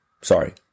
Sorry